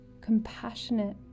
compassionate